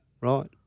Right